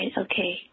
okay